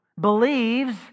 believes